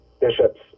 bishops